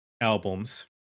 albums